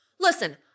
Listen